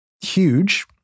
huge